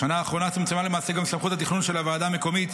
בשנה האחרונה צומצמה למעשה גם סמכות התכנון של הוועדה המקומית,